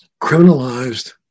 criminalized